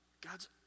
God's